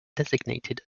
designated